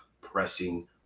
pressing